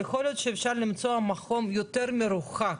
יכול להיות שאפשר למצוא מקום יותר מרוחק.